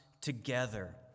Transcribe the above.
together